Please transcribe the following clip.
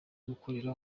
gukorera